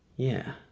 yeah.